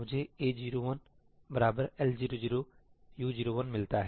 मुझे A01L00U01मिलता है